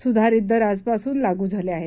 सुधारित दर आजपासून लागू झाले आहेत